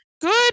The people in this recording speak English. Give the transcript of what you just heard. good